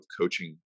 coaching